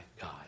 God